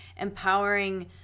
empowering